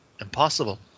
impossible